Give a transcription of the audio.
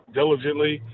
diligently